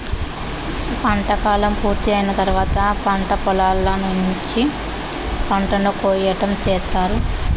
పంట కాలం పూర్తి అయిన తర్వాత పంట పొలాల నుంచి పంటను కోయటం చేత్తారు